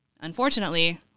Unfortunately